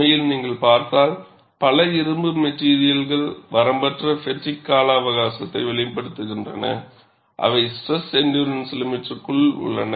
உண்மையில் நீங்கள் பார்த்தால் பல இரும்பு மெட்டிரியல்கள் வரம்பற்ற ஃப்பெட்டிக் கால அவகாசத்தை வெளிப்படுத்துகின்றன அவை ஸ்ட்ரெஸ் எண்டுறன்ஸ் லிமிட்ற்குள் உள்ளன